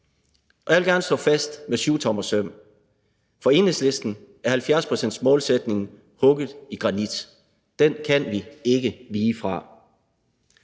Jeg vil gerne slå fast med syvtommersøm: For Enhedslisten er 70-procentsmålsætningen hugget i granit. Den kan vi ikke fravige.